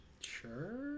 Sure